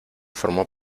formó